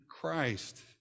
Christ